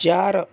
चार